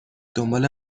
دنبال